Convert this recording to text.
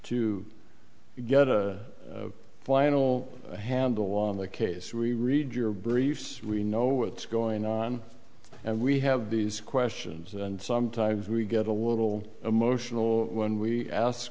to get a final handle on the case we read your briefs we know what's going on and we have these questions and sometimes we get a little emotional when we ask